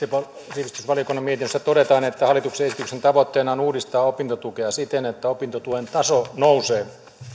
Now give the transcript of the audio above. sivistysvaliokunnan mietinnössä todetaan että hallituksen esityksen tavoitteena on uudistaa opintotukea siten että opintuen taso nousee